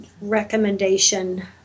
recommendation